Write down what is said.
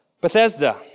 Bethesda